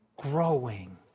growing